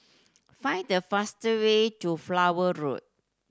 find the faster way to Flower Road